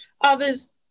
Others